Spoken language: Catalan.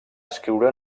escriure